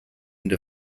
into